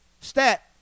stat